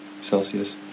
Celsius